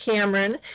Cameron